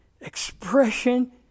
expression